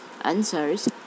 answers